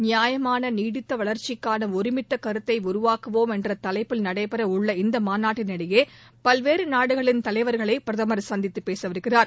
நியாயமான நீடித்த வளர்ச்சிக்கான ஒருமித்த கருத்தை உருவாக்குவோம் என்ற தலைப்பில் நடைபெற உள்ள இந்த மாநாட்டின் இடையே பல்வேறு நாடுகளின் தலைவர்களை பிரதமர் சந்தித்து பேசவிருக்கிறார்